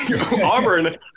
Auburn